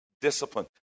discipline